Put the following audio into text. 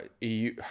EU